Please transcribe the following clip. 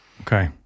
Okay